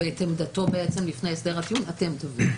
ואת עמדתו לפני הסדר הטיעון אתם תביאו.